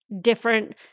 different